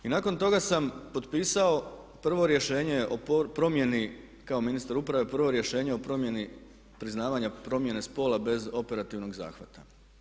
I nakon toga sam potpisao prvo rješenje o promjeni kao ministar uprave, prvo rješenje o promjeni priznavanja promjene spola bez operativnog zahvata.